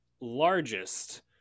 largest